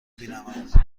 بینمت